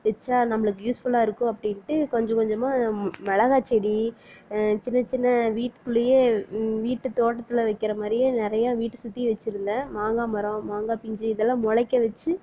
வைச்சா நம்மளுக்கு யூஸ்ஃபுல்லாக இருக்கும் அப்படின்ட்டு கொஞ்சம் கொஞ்சமாக மிளகா செடி சின்ன சின்ன வீட்டுக்குள்ளேயே வீட்டுத்தோட்டத்தில் வைக்கிற மாதிரி நிறையா வீட்டை சுற்றி வெச்சுருந்தேன் மாங்காய் மரம் மாங்காய் பிஞ்சு இதல்லாம் முளைக்க வெச்சு